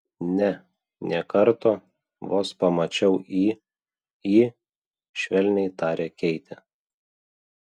ne nė karto vos pamačiau į į švelniai tarė keitė